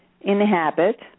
inhabit